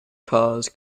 cars